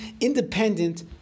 independent